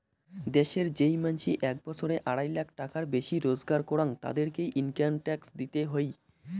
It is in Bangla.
দ্যাশের যেই মানসি এক বছরে আড়াই লাখ টাকার বেশি রোজগার করাং, তাদেরকে ইনকাম ট্যাক্স দিতে হই